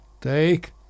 Take